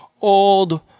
old